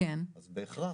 אז בהכרח.